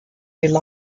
rely